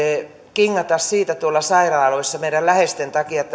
tingata siitä tuolla sairaaloissa meidän läheisten takia